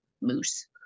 moose